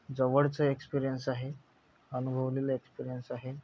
जवळचं एक्सपिरियन्स आहे अनुभवलेलं एक्सपिरियन्स आहे